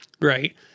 right